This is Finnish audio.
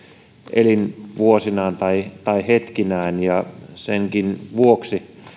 elinvuosinaan tai tai hetkinään senkin vuoksi